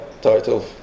title